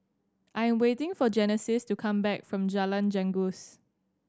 I am waiting for Genesis to come back from Jalan Janggus